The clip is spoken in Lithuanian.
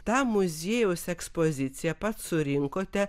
tą muziejaus ekspoziciją pats surinkote